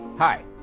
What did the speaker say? Hi